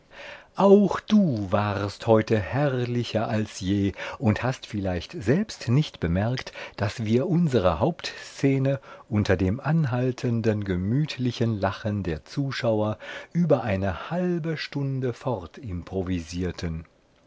auch du warst heute herrlicher als je und hast vielleicht selbst nicht bemerkt daß wir unsere hauptszene unter dem anhaltenden gemütlichen lachen der zuschauer über eine halbe stunde fort improvisierten